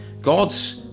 God's